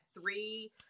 three